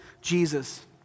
Jesus